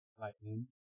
lightning